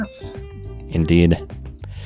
Indeed